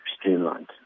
streamlined